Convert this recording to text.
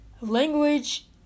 Language